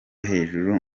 hejuru